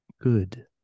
good